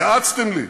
יעצתם לי: